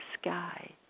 sky